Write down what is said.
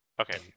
Okay